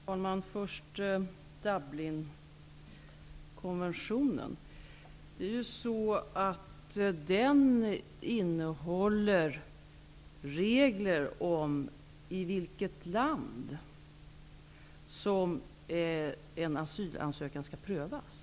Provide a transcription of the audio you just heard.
Herr talman! Dublinkonventionen innehåller regler om i vilket land som en asylansökan skall prövas.